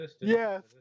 Yes